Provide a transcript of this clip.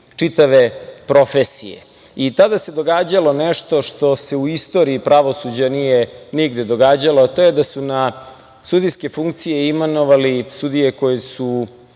čitave profesije. Tada se događalo nešto što se u istoriji pravosuđa nije nigde događalo, a to je da su na sudijske funkcije imenovali i sudije koje su,